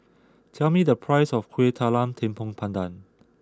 tell me the price of Kueh Talam Tepong Pandan